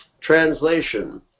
Translation